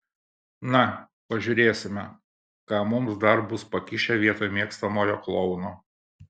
na pažiūrėsime ką mums dar bus pakišę vietoj mėgstamojo klouno